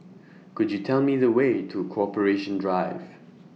Could YOU Tell Me The Way to Corporation Drive